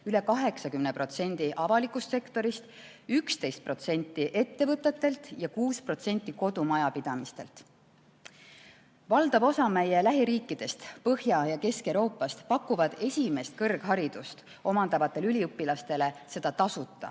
üle 80% avalik sektor, 11% ettevõtted ja 6% kodumajapidamised. Valdav osa meie lähiriikidest Põhja- ja Kesk-Euroopas pakub esimest kõrgharidust omandavatele üliõpilastele seda tasuta